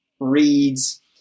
reads